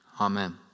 Amen